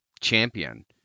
Champion